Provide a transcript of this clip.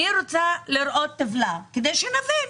אמרתי שאני רוצה לראות טבלה כדי שנבין,